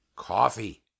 coffee